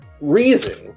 reason